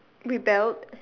rebelled